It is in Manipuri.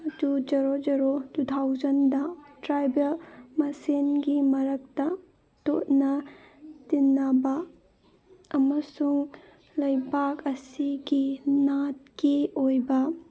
two zero zero two thousand tribal ꯃꯁꯦꯜꯒꯤ ꯃꯔꯛꯇ ꯇꯣꯠꯅ ꯇꯤꯟꯅꯕ ꯑꯃꯁꯨꯡ ꯂꯩꯕꯥꯛ ꯑꯁꯤꯒꯤ ꯅꯥꯠꯀꯤ ꯑꯣꯏꯕ